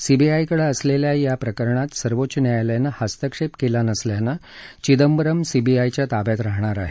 सीबीआयकडे असलेल्या या प्रकरणात सर्वोच्च न्यायालयानं हस्तक्षेप केला नसल्यानं चिदंबरम सीबीआयच्या ताब्यात राहणार आहेत